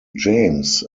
james